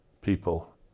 people